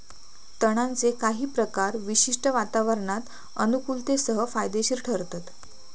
तणांचे काही प्रकार विशिष्ट वातावरणात अनुकुलतेसह फायदेशिर ठरतत